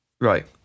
right